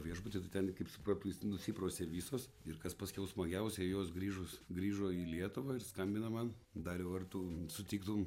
viešbutį tai ten kaip suprantu jos nusiprausė visos ir kas paskiau smagiausia jos grįžus grįžo į lietuvą ir skambina man dariau ar tu sutiktum